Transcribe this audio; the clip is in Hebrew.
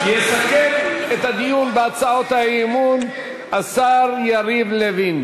יסכם את הדיון בהצעות האי-אמון השר יריב לוין.